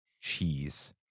Cheese